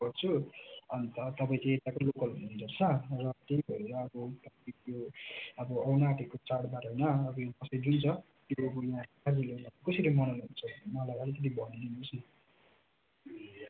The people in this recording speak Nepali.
खोज्दछु अन्त तपाईँ यताकै लोकल हुनु हुँदोरहेछ र त्यही भएर अब अब आउनु आँटेको चाडबाड होइन अब यो दसैँ जुन छ कसरी मनाउने गर्छ मलाई अलिकति भनिदिनु होस् न